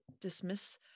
dismiss